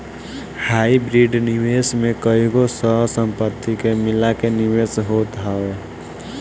hybrid निवेश में कईगो सह संपत्ति के मिला के निवेश होत हवे